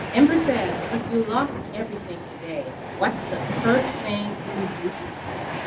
amber says, if you lost everything today, what's the first thing you would do to rebuild?